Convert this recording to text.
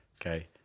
Okay